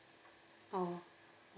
oh